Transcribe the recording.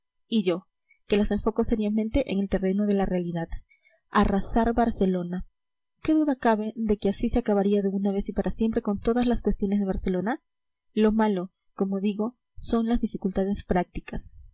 y yo que las enfoco seriamente en el terreno de la realidad arrasar barcelona qué duda cabe de que así se acabaría de una vez y para siempre con todas las cuestiones de barcelona lo malo como digo son las dificultades prácticas